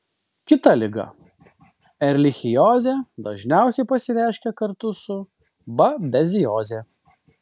kita liga erlichiozė dažniausiai pasireiškia kartu su babezioze